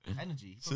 Energy